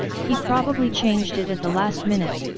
he probably changed it at the last minute.